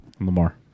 Lamar